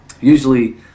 Usually